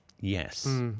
Yes